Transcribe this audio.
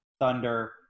Thunder